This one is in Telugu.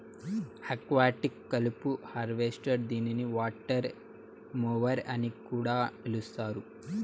ఆక్వాటిక్ కలుపు హార్వెస్టర్ దీనిని వాటర్ మొవర్ అని కూడా పిలుస్తారు